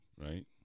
right